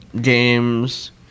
games